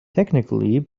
technically